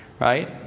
Right